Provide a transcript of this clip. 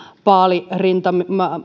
paalirivistön